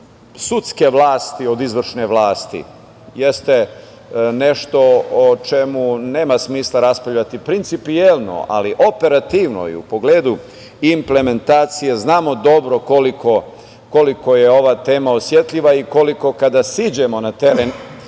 sudske vlasti od izvršne vlasti jeste nešto o čemu nema smisla raspravljati principijelno, ali operativno i u pogledu implementacije znamo dobro koliko je ova tema osetljiva i koliko kada siđemo na teren